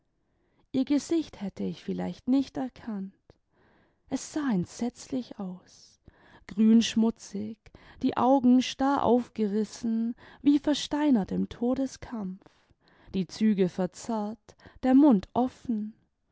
ihr gesicht hätte ich vielleicht nicht erkannt es sah entsetzlich aus grünschmutzig die augen starr aufgerissen wie versteinert im todeskampf die züge verzerrt der mimd offen